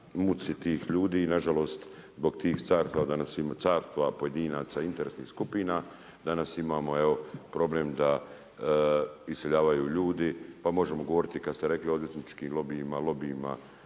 muci tih ljudi i nažalost zbog tih carstva danas, carstva, pojedinaca, interesnih skupina danas imamo evo problem da iseljavaju ljudi. Pa možemo govoriti kada ste rekli o odvjetničkim lobijima, lobijima